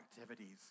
activities